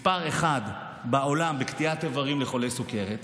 מס' 1 בעולם בקטיעת איברים לחולי סוכרת,